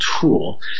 tool